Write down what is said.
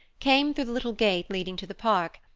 came through the little gate leading to the park,